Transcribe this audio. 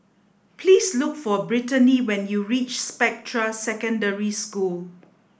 please look for Brittanie when you reach Spectra Secondary School